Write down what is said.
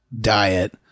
diet